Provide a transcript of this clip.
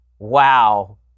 wow